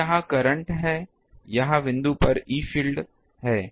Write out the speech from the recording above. तो यह करंट है यह बिंदु पर ई फ़ील्ड है